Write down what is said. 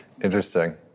interesting